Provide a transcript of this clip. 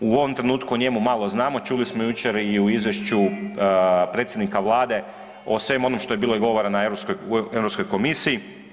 U ovom trenutku o njemu malo znamo, čuli smo jučer i u izvješću predsjednika Vlade o svemu onom što je bilo i govora na, u Europskoj komisiji.